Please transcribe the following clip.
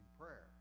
prayer